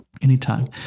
Anytime